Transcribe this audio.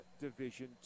Division